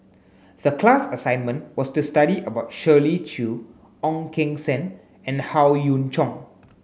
the class assignment was to study about Shirley Chew Ong Keng Sen and Howe Yoon Chong